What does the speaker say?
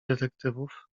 detektywów